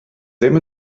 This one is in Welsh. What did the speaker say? ddim